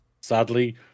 sadly